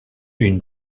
une